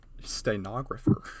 Stenographer